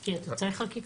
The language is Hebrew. כי יש לנו,